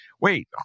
Wait